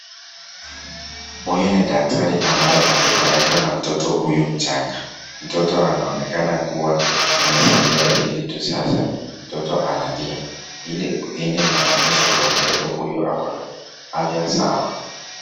Huyu ni daktari ambaye amefurahishwa na mtoto huyo mchanga. Mtoto anaonekana kuwa amezaliwa hivi tu sasa mtoto analia, hili linaonyesha kuwa mtoto huyo ako na afya sawa.